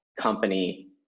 company